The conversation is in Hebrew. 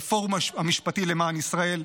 לפורום המשפטי למען ישראל,